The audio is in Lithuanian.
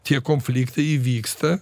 tie konfliktai įvyksta